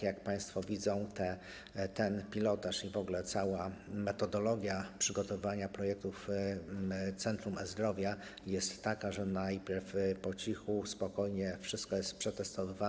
Jak państwo widzą, ten pilotaż i w ogóle cała metodologia przygotowywania projektów centrum zdrowia są takie, że najpierw po cichu, spokojnie wszystko jest testowane.